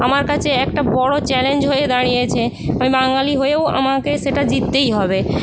আমার কাছে একটা বড় চ্যালেঞ্জ হয়ে দাঁড়িয়েছে আমি বাঙালি হয়েও আমাকে সেটা জিততেই হবে